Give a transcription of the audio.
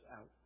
out